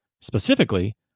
specifically